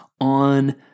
on